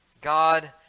God